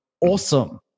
Awesome